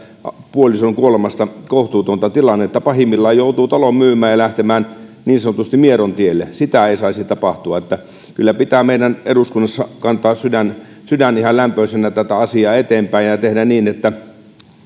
puolison kuolemasta kohtuutonta tilannetta pahimmillaan joutuu talon myymään ja lähtemään niin sanotusti mieron tielle sitä ei saisi tapahtua kyllä meidän eduskunnassa pitää kantaa sydän ihan lämpöisenä tätä asiaa eteenpäin ja ja tehdä niin että